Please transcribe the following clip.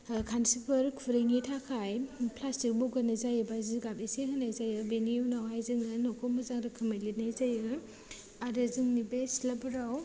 खान्स्रिफोर खुरैनि थाखाय प्लास्टिक बगोरनाय जायो बा जिगाब एसे होनाय जायो बेनि उनावहाय जोङो न'खौ मोजां रोखोमै लिरनाय जायो आरो जोंनि बे सिथ्लाफोराव